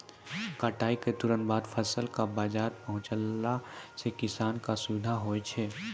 कटाई क तुरंत बाद फसल कॅ बाजार पहुंचैला सें किसान कॅ सुविधा होय छै